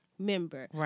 Member